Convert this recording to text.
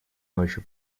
ночью